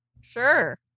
Sure